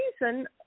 reason